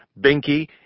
Binky